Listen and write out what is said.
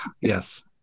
yes